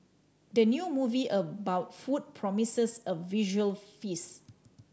the new movie about food promises a visual feast